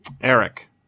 Eric